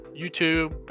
youtube